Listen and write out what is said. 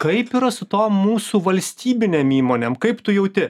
kaip yra su tom mūsų valstybinėm įmonėm kaip tu jauti